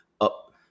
up